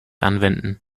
anwenden